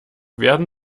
werden